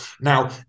Now